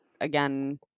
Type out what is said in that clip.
again